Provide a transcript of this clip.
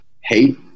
hate